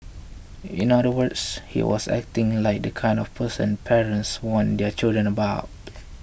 in other words he was acting like the kind of person parents warn their children about